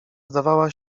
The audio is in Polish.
zdawała